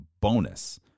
bonus